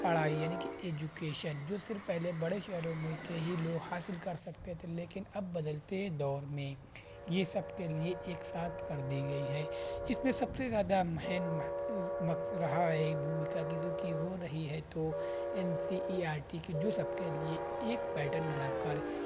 پڑھائی یعنی کہ ایجوکیشن جو صرف پہلے بڑے شہروں میں کے ہی لوگ حاصل کر سکتے تھے لیکن اب بدلتے دور میں یہ سب کے لیے ایک ساتھ کر دی گئی ہے اس میں سب سے زیادہ مہن رہا ہے کہ بھومیکا کی وہ رہی ہے تو N C E R T کی جو سب کے لیے ایک پیٹرن بنا کر